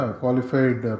qualified